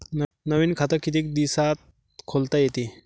नवीन खात कितीक दिसात खोलता येते?